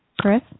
Chris